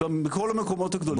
בכל המקומות הגדולים,